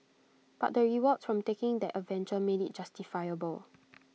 but the rewards from taking that adventure made IT justifiable